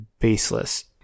baseless